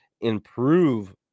improve